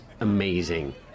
amazing